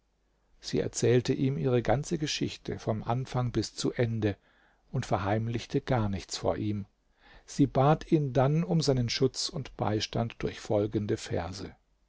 sie erzählte ihm ihre ganze geschichte vom anfang bis zu ende und verheimlichte gar nichts vor ihm sie bat ihn dann um seinen schutz und beistand durch folgende verse